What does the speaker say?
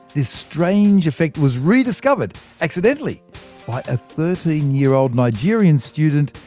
this strange effect was re-discovered accidentally by a thirteen year old nigerian student,